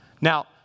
Now